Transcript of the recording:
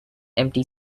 empty